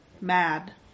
mad